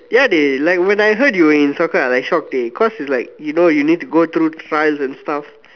ya dey like when I heard you were in soccer I like shocked dey because it's like you know you need to go through trials and stuff